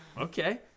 okay